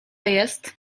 jest